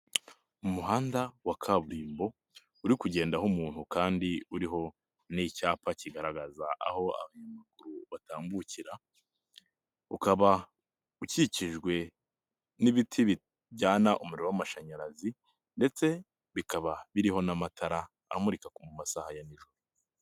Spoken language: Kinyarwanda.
Umuhanda wa kaburimbo, uri kugendaho umuntu, kandi uriho n'icyapa kigaragaza aho abanyamaguru batambukira, ukaba ukikijwe n'ibiti bijyana umuriro w'amashanyarazi, ndetse bikaba biriho n'amatara amurika mu masaha ya nijoro.